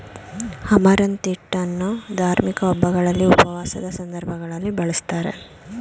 amaranth ಹಿಟ್ಟನ್ನು ಧಾರ್ಮಿಕ ಹಬ್ಬಗಳಲ್ಲಿ, ಉಪವಾಸದ ಸಂದರ್ಭಗಳಲ್ಲಿ ಬಳ್ಸತ್ತರೆ